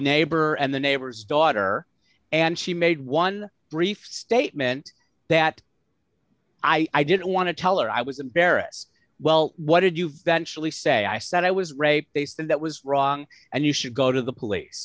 neighbor and the neighbor's daughter and she made one brief statement that i didn't want to tell her i was embarrass well what did you venture lee say i said i was raped they said that was wrong and you should go to the police